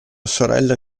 sorella